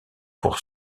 pour